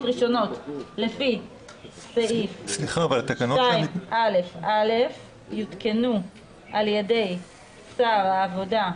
ראשונות לפי סעיף 2א(א) יותקנו על ידי שר העבודה,